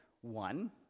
one